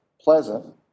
pleasant